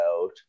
out